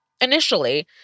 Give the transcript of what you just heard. Initially